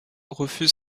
refuse